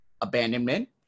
abandonment